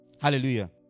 Hallelujah